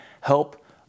Help